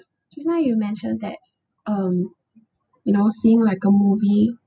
just now you mentioned that um you know seeing like a movie